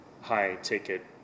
high-ticket